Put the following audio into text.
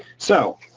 so